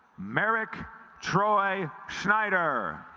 marik troy schneider